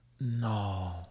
No